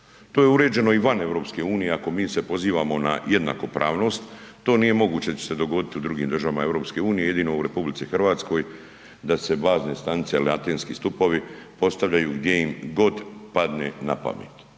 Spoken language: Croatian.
To je uređeno i van EU, ako mi se pozivamo na jednakopravnost to nije moguće da će se dogodit u drugim državama EU, jedino u RH da se bazne stanice il antenski stupovi postavljaju gdje im god padne napamet.